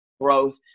growth